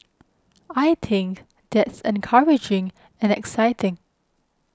I think that's encouraging and exciting